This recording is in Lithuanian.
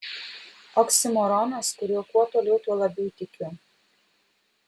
oksimoronas kuriuo kuo toliau tuo labiau tikiu